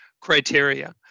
criteria